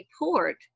report